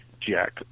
Jack